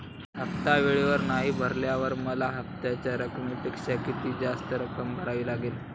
हफ्ता वेळेवर नाही भरल्यावर मला हप्त्याच्या रकमेपेक्षा किती जास्त रक्कम भरावी लागेल?